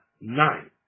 nine